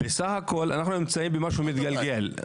אנחנו נמצאים במשהו מתגלגל.